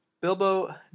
Bilbo